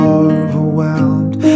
overwhelmed